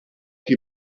die